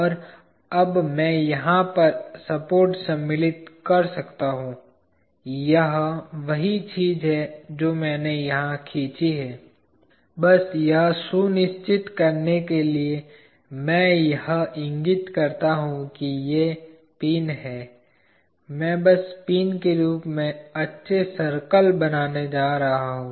और अब मैं यहाँ पर सपोर्ट सम्मिलित कर सकता हूँ यह वही चीज़ है जो मैंने यहाँ खींची है बस यह सुनिश्चित करने के लिए मैं यह इंगित करता हूँ कि ये पिन हैं मैं बस पिन के रूप में अच्छे सर्किल बनाने जा रहा हूँ